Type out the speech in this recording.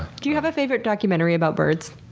do you have a favorite documentary about birds?